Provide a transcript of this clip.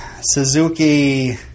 Suzuki